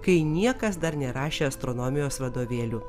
kai niekas dar nerašė astronomijos vadovėlių